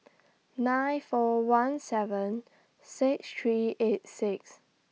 nine four one seven six three eight six